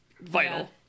vital